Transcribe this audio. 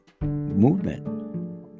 movement